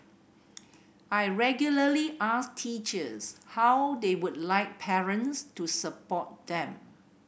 I regularly ask teachers how they would like parents to support them